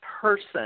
person